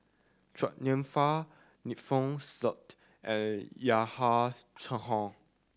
Chua Nam Hai Alfian Sa'at and Yahya Cohen